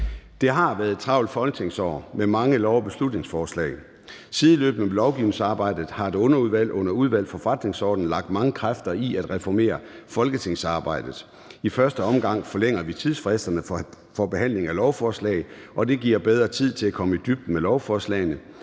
Det har været et travlt folketingsår med mange lov- og beslutningsforslag. Sideløbende med lovgivningsarbejdet har et underudvalg under Udvalget for Forretningsordenen lagt mange kræfter i at reformere folketingsarbejdet. I første omgang forlænger vi tidsfristerne for behandling af lovforslag. Det giver bedre tid til at komme i dybden med lovforslagene,